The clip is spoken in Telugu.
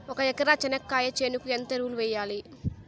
ఒక ఎకరా చెనక్కాయ చేనుకు ఎంత ఎరువులు వెయ్యాలి?